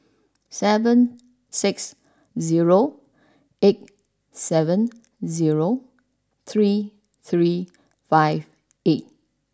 seven six zero eight seven zero three three five eight